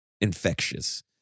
Infectious